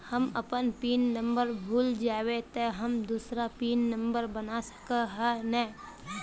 हम अपन pin number भूल जयबे ते हम दूसरा पिन नंबर बना सके है नय?